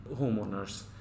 homeowners